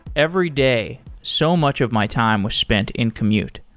every day, so much of my time was spent in commute.